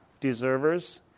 deservers